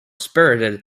spirited